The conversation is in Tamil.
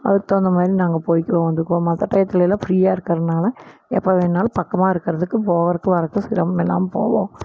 அதுக்கு தகுந்தமாதிரி நாங்கள் போயிக்குவோம் வந்துக்குவோம் மற்ற டயத்துலெலாம் ஃப்ரியாக இருக்கறனால் எப்போ வேணுனாலும் பக்கமாக இருக்கிறதுக்கு போகிறக்கு வர்றக்கு சிரமம் இல்லாமல் போவோம்